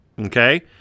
Okay